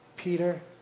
Peter